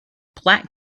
plant